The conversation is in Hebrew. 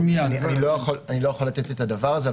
אני לא יכול לתת את הדבר הזה,